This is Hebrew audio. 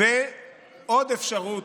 ועוד אפשרות,